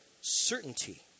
certainty